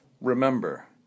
Remember